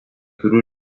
kurių